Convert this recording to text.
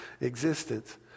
existence